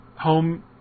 Home